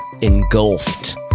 engulfed